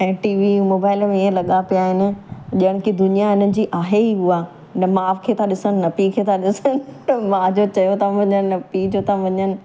ऐं T V mobile में ईअं लॻा पिया आहिनि ॼण की दुनिया हुननि जी आहे ई उहा न माउ खे था ॾिसनि न पीउ खे था ॾिसनि माउ जो चयो था मञनि न पीउ जो था मञनि